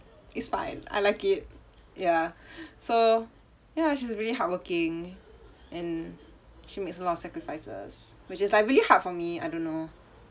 it's fine I like it ya so ya she's a really hard working and she makes a lot of sacrifices which is like really hard for me I don't know